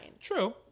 True